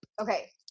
okay